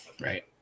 Right